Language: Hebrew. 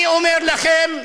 אני אומר לכם: